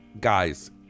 guys